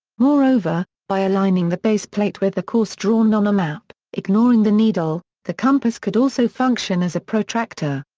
moreover, by aligning the baseplate with a course drawn on a map ignoring the needle the compass could also function as a protractor.